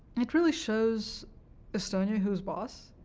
it really shows estonia who's boss,